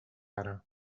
ara